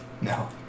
No